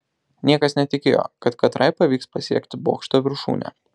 niekas netikėjo kad katrai pavyks pasiekti bokšto viršūnę